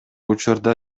учурда